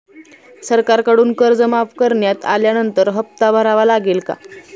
सरकारकडून कर्ज माफ करण्यात आल्यानंतर हप्ता भरावा लागेल का?